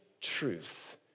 truth